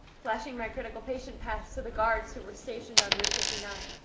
flashing my critical patient pass to the guards who were stationed on route fifty nine.